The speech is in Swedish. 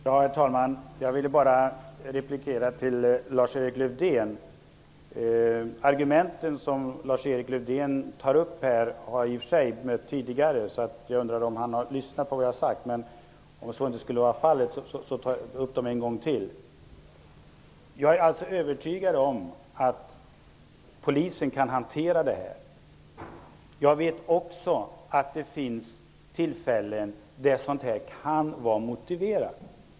Herr talman! Jag vill bara replikera till Lars-Erik Lövdén. De argument som Lars-Erik Lövdén tar upp här har jag bemött tidigare. Jag undrar om han har lyssnat på vad jag har sagt. Om så inte skulle vara fallet tar jag upp dem en gång till. Jag är övertygad om att polisen kan hantera detta. Jag vet också att det finns tillfällen när sådant här kan vara motiverat.